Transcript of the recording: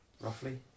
roughly